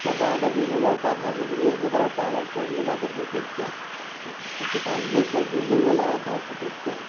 उसका गाय का जो गोबर होता है भैंस का जो गोबर होता है उसको ले जा कर के फेंकते हैं उसको कहाँ घूर पर जो घूर बोला जाता है उस प फेंकते हैं